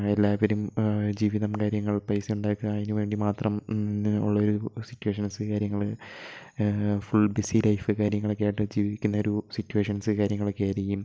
എല്ലാവരും ജീവിതം കാര്യങ്ങൾ പൈസയുണ്ടാക്കാം അതിനു വേണ്ടി മാത്രം ഉള്ള ഒരു സിറ്റുവേഷൻസ് കാര്യങ്ങള് ഫുൾ ബിസി ലൈഫ് കാര്യങ്ങളൊക്കെ ആയിട്ട് ജീവിക്കുന്ന ഒരു സിറ്റുവേഷൻസ് കാര്യങ്ങളൊക്കെ ആയിരിക്കും